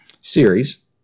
Series